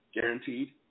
guaranteed